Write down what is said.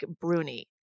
Bruni